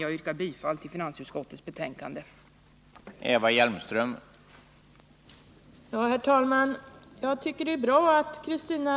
Jag yrkar bifall till finansutskottets hemställan i betänkandet.